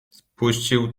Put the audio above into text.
spuścił